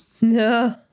No